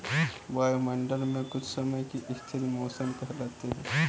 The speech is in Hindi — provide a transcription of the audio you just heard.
वायुमंडल मे कुछ समय की स्थिति मौसम कहलाती है